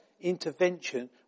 intervention